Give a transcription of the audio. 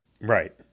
Right